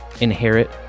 inherit